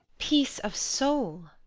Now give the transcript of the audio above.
peace of soul!